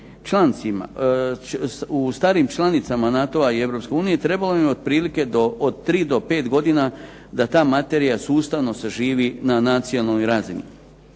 potrajati. U starim članicama NATO-a i Europske unije trebalo bi nam otprilike od 3 do 5 godina da ta materija sustavno zaživi na nacionalnoj razini.